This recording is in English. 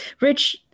rich